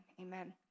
amen